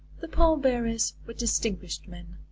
the pall-bearers were distinguished men,